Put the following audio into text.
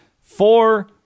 four